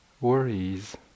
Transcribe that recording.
worries